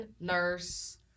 nurse